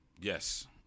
Yes